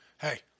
hey